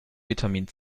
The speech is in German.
vitamin